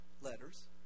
letters